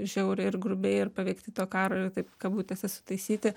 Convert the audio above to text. žiauriai ir grubiai ir paveikti to karo taip kabutėse sutaisyti